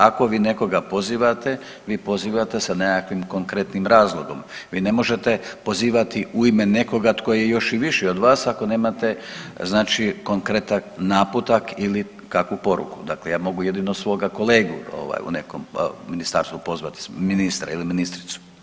Ako vi nekoga pozivate vi pozivate sa nekakvim konkretnim razlogom, vi ne možete pozivati u ime nekoga tko je još i viši od vas ako nemate znači konkretan naputak ili kakvu poruku, dakle ja mogu jedino svoga kolega ovaj u nekom ministarstvu pozvati, ministra ili ministricu.